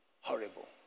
horrible